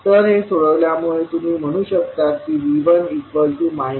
तर हे सोडवल्यामुळे तुम्ही म्हणू शकता की V1 5V0आहे